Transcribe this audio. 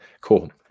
Cool